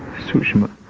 sushma.